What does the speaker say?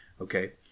Okay